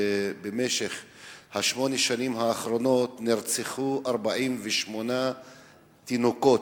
שבשמונה השנים האחרונות נרצחו 48 תינוקות,